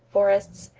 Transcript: forests,